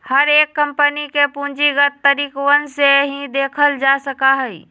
हर एक कम्पनी के पूंजीगत तरीकवन से ही देखल जा सका हई